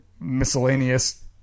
miscellaneous